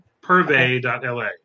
purvey.la